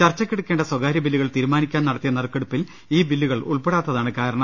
ചർച്ചക്കെടുക്കേണ്ട സ്വകാര്യ ബില്ലുകൾ തീരു മാനിക്കാൻ നടത്തിയ നറുക്കെടുപ്പിൽ ഈ ബില്ലുകൾ ഉൾപെ ടാത്തതാണ് കാരണം